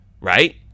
right